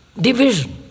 Division